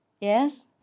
yes